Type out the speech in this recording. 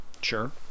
Sure